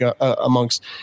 amongst